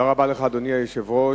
אדוני היושב-ראש,